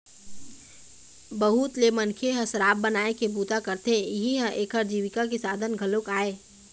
बहुत ले मनखे ह शराब बनाए के बूता करथे, इहीं ह एखर जीविका के साधन घलोक आय